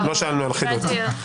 לא שאלנו על חילוט.